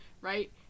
right